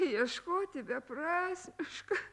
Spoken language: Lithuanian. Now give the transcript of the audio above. ieškoti beprasmiška